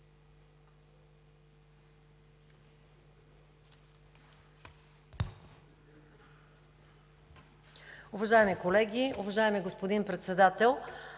Уважаеми колеги, уважаеми господин Председател,